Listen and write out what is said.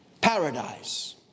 paradise